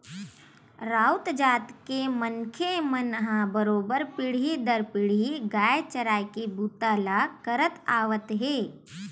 राउत जात के मनखे मन ह बरोबर पीढ़ी दर पीढ़ी गाय चराए के बूता ल करत आवत हे